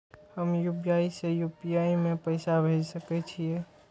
हम यू.पी.आई से यू.पी.आई में पैसा भेज सके छिये?